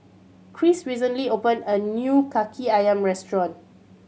Cris recently opened a new Kaki Ayam restaurant